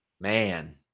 Man